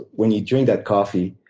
when you drink that coffee,